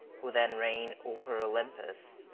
who then reigned over olympus,